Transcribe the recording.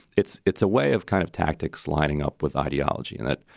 it's it's a way of kind of tactics lining up with ideology. and that,